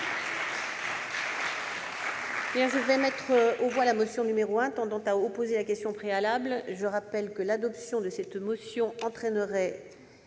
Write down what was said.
Je mets aux voix la motion n° 1, tendant à opposer la question préalable. Je rappelle que l'adoption de cette motion entraînerait